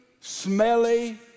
smelly